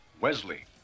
Wesley